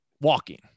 walking